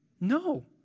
No